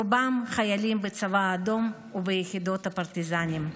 רובם חיילים בצבא האדום וביחידות הפרטיזנים.